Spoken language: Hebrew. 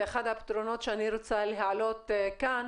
ואחד הפתרונות שאני רוצה להעלות כאן